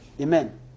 Amen